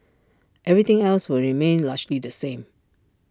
everything else will remain largely the same